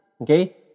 Okay